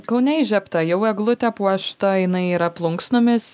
kaune įžiebta jau eglutė puošta jinai yra plunksnomis